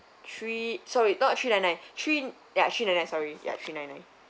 three sorry not three nine nine three ya three nine nine sorry ya three nine nine